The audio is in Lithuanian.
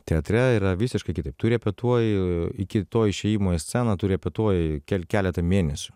teatre yra visiškai kitaip tu repetuoji iki to išėjimo į sceną tu repetuoji kel keletą mėnesių